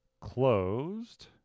closed